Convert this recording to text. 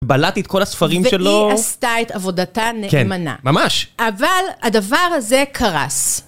בלעתי את כל הספרים שלו. והיא עשתה את עבודתה נאמנה. כן, ממש. אבל הדבר הזה קרס.